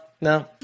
no